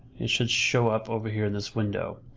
it should show up over here in this window.